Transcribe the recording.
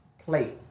Plate